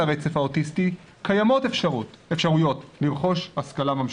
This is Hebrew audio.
הרצף האוטיסטי קיימות אפשרויות לרכוש השכלה ממשיכה.